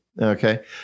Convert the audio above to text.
Okay